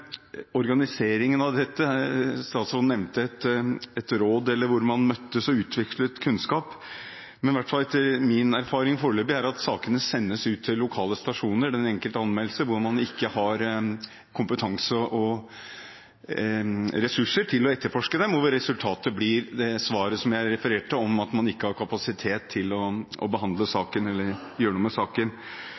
organiseringen av dette. Statsråden nevnte et råd eller at man møttes og utvekslet kunnskap. Min faring foreløpig er i hvert fall at sakene – de enkelte anmeldelsene – sendes til lokale stasjoner, hvor man ikke har kompetanse og ressurser til å etterforske dem, og hvor resultatet blir det svaret som jeg refererte, at man ikke har kapasitet til å behandle eller gjøre noe med saken.